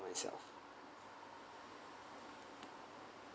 myself